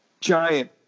Giant